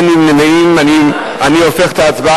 אין נמנעים אני הופך את ההצבעה,